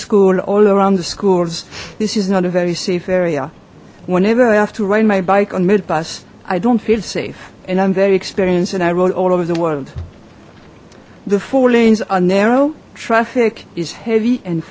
school all around the schools this is not a very safe area whenever i have to ride my bike on mid pass i don't feel safe and i'm very experienced and i roll all over the world the four lanes are narrow traffic is heavy and